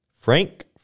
Frank